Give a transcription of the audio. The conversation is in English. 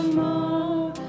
more